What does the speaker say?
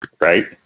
Right